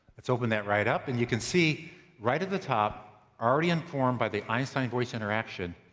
let's open that right up, and you can see right at the top, already informed by the einstein voice interaction,